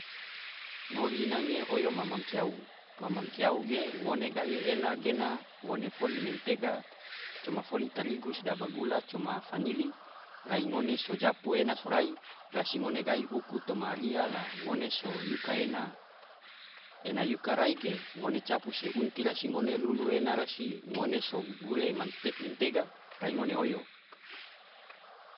Ngori nange oyo mam-mam kiyau, mam-mam kiyau ge ngone gahi ena gena ngone foli mentega coma foli tarigu sedaba gula coma fanili, rai ngone sojapu ena sorai rasi ngone gahi uku toma ria la ngone so yuka ena, ena yuka rai ge ngona capu se unti rasi ngone lulu ena rasi ngone so gure mentega rai ngone oyo.